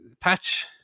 patch